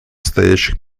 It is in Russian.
стоящих